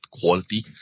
quality